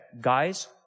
guys